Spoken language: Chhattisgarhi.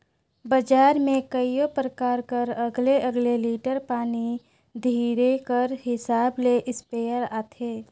बजार में कइयो परकार कर अलगे अलगे लीटर पानी धरे कर हिसाब ले इस्पेयर आथे